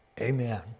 Amen